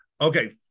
Okay